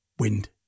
wind